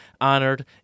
honored